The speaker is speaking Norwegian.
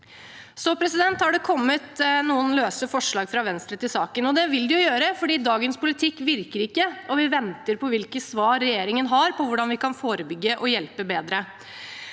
hjelpe. Det har kommet noen løse forslag fra Venstre til saken, og det vil det jo gjøre, for dagens politikk virker ikke, og vi venter på hvilke svar regjeringen har på hvordan vi kan forebygge og hjelpe bedre.